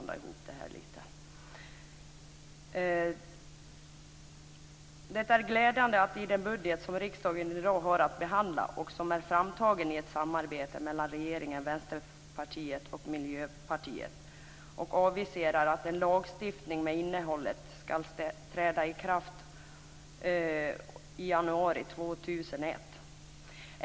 Det är glädjande att det i den budget som riksdagen i dag har att behandla och som är framtagen i ett samarbete mellan regeringen, Vänsterpartiet och Miljöpartiet aviseras att en lagstiftning med det innehållet ska träda i kraft i januari år 2001.